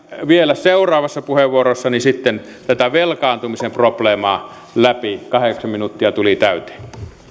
vielä seuraavassa puheenvuorossani sitten tätä velkaantumisen probleemaa läpi kahdeksan minuuttia tuli täyteen nyt on